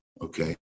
Okay